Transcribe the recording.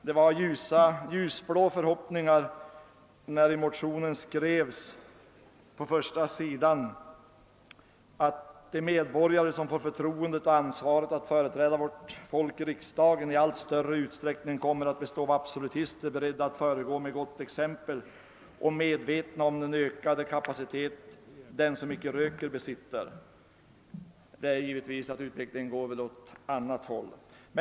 Vi hade en del ljusblå förhoppningar när vi på första sidan i motionen skrev att »de medborgare som får förtroendet och ansvaret att företräda vårt folk i riksdagen i allt större utsträckning kommer att bestå av absolutister, beredda att föregå med gott exempel och medvetna om den ökade kapacitet den som icke röker besitter ———». Det är tydligt att utvecklingen går åt helt annat håll.